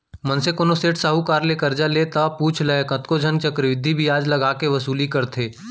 मनसे कोनो सेठ साहूकार करा ले करजा ले ता पुछ लय कतको झन चक्रबृद्धि बियाज लगा के वसूली करथे